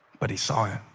but he saw him.